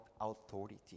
authority